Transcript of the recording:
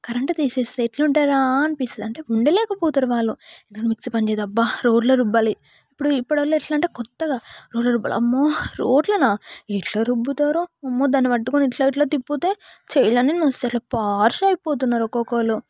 current తీసేస్తే ఎట్లా ఉంటుంది అనిపిస్తుంది అంటే ఉండలేకపోతారు వాళ్ళు ఎందుకంటే మిక్సీ పనిచేయదు అబ్బా రోటిలో రుబ్బాలి ఇప్పుడు ఇప్పుడు ఎట్లంటే కొత్తగా రోటిలో రుబ్బాలి అమ్మో రోటిలోనా ఎట్లా రుబ్బుతారో అమ్మో దాన్ని పట్టుకొని ఇట్లా ఇట్లా తిప్పితే చేతులు అన్నీ నొస్తాయి ఇట్ల పాష్ అయిపోతున్నారు ఒక్కొక్కరు